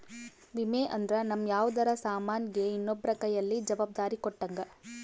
ವಿಮೆ ಅಂದ್ರ ನಮ್ ಯಾವ್ದರ ಸಾಮನ್ ಗೆ ಇನ್ನೊಬ್ರ ಕೈಯಲ್ಲಿ ಜವಾಬ್ದಾರಿ ಕೊಟ್ಟಂಗ